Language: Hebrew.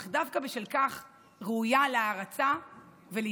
אך דווקא בשל כך ראויה להערצה ולהתפעלות.